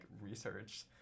research